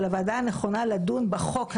אבל הוועדה הנכונה לדון בחוק הזה,